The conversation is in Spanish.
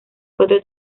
cuatro